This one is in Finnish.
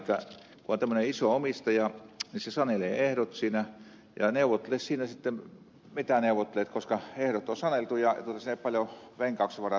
elikkä kun on tämmöinen iso omistaja niin se sanelee ehdot siinä ja neuvottele siinä sitten mitä neuvottelet koska ehdot on saneltu ja siinä ei ole paljon venkauksen varaa